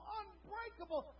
unbreakable